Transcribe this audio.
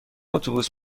اتوبوس